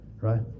right